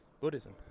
Buddhism